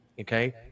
okay